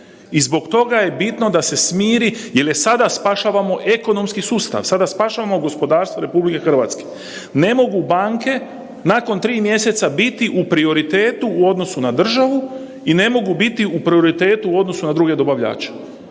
I zbog toga je bitno da se smiri jel sada spašavamo ekonomski sustav, sada spašavamo gospodarstvo RH. Ne mogu banke nakon tri mjeseca biti u prioritetu u odnosu na državu i ne mogu biti u prioritetu u odnosu na druge dobavljače.